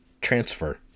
transfer